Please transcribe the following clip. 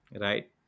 right